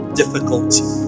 difficulty